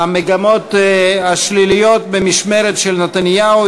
המגמות השליליות במשמרת של נתניהו,